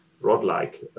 rod-like